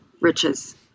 riches